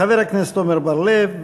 חבר הכנסת עמר בר-לב,